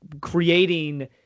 creating